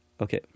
Okay